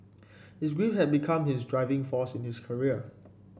his grief had become his driving force in his career